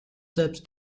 selbst